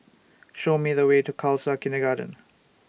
Show Me The Way to Khalsa Kindergarten